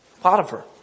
Potiphar